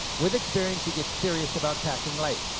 with experience, you get serious about packing light.